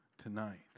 Tonight